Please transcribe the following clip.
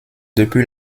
depuis